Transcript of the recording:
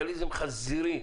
חזירי.